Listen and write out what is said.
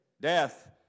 Death